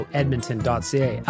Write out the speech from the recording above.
edmonton.ca